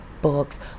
books